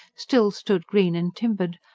still stood green and timbered,